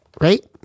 right